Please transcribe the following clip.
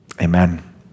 Amen